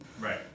Right